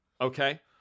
Okay